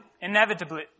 inevitably